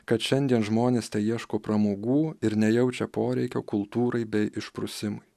kad šiandien žmonės ieško pramogų ir nejaučia poreikio kultūrai bei išprusimui